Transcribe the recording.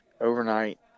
overnight